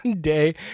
day